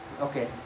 okay